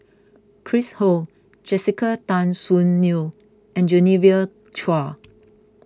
Chris Ho Jessica Tan Soon Neo and Genevieve Chua